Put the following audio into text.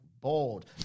bored